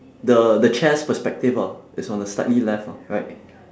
the the chair's perspective hor is on the slightly left hor right